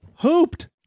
hooped